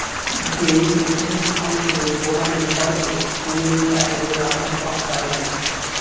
जेइमे, उ अन्न के बोरा मे भर के मिल चाहे गोदाम तक पहुचावेला